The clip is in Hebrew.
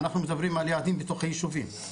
אנחנו מדברים על יעדים בתוך הישובים.